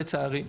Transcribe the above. לצערי.